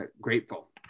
grateful